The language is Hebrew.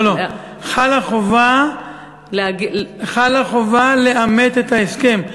חלה חובה לאמת את ההסכם,